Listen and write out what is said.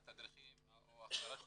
התדריכים או --- שוטרים,